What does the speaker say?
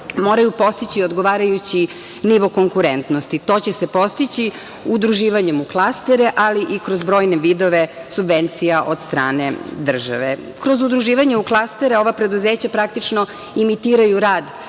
moraju postići odgovarajući nivo konkurentnosti. To će se postići udruživanjem u klastere, ali i kroz brojne vidove subvencija od strane države. Kroz udruživanje u klastere ova preduzeća praktično imitiraju rad